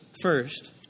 first